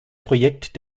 projekt